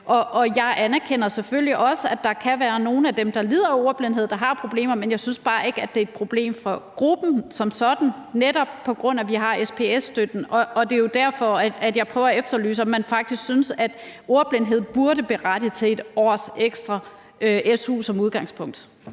Jeg anerkender selvfølgelig også, at der kan være nogle af dem, der lider af ordblindhed, der har problemer, men jeg synes bare ikke, at det er et problem for gruppen som sådan, netop på grund af at vi har SPS-støtten. Og det er jo derfor, jeg prøver at efterlyse et svar på, om man faktisk synes, at ordblindhed som udgangspunkt